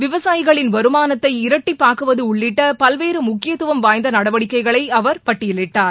விவசாயிகளின் வருமானததை இரட்டிப்பாக்குவது உள்ளிட்ட பல்வேறு முக்கியத்துவம் வாய்ந்த நடவடிக்கைகளை அவர் பட்டியலில்ட்டார்